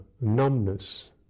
numbness